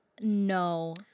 No